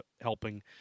helping